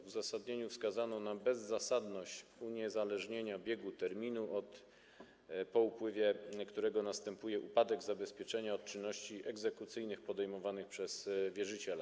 W uzasadnieniu wskazano na bezzasadność uniezależnienia biegu terminu, po upływie którego następuje upadek zabezpieczenia, od czynności egzekucyjnych podejmowanych przez wierzyciela.